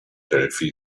delphi